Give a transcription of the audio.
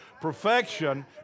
Perfection